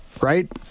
right